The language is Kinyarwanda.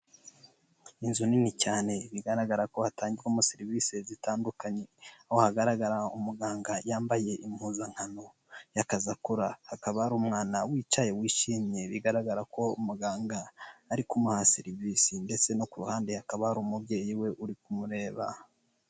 Inzu nini cyane bigaragara ko hatangirwamo serivisi zitandukanye. Aho hagaragara umuganga yambaye impuzankano y'akazi akora. Hakaba hari umwana wicaye wishimye bigaragara ko muganga ari kumuha serivisi ndetse no ku ruhande hakaba hari umubyeyi we uri kumureba.